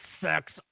sex